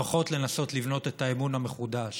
הוא לפחות לנסות לבנות את האמון מחדש,